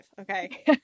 Okay